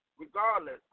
Regardless